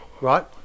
right